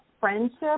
friendship